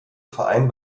verein